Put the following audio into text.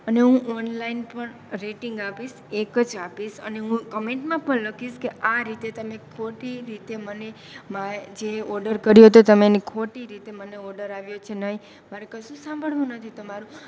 અને હું ઓનલાઈન પણ રેટિંગ આપીશ એક જ આપીશ અને હું કમેન્ટમાં પણ લખીશ કે આ રીતે તમે ખોટી રીતે મને જે ઓડર કર્યો હતો તમે એને ખોટી રીતે મને ઓર્ડર આવ્યો છે નહીં મારે કશું સાંભળવું નથી તમારું